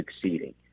succeeding